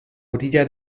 orilla